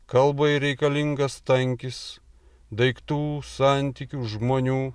kalbai reikalingas tankis daiktų santykių žmonių